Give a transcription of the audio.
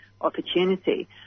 opportunity